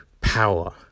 power